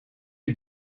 big